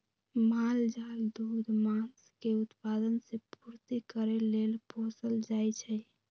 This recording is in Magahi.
माल जाल दूध, मास के उत्पादन से पूर्ति करे लेल पोसल जाइ छइ